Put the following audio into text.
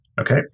Okay